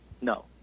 No